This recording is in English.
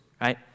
right